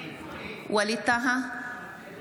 אינו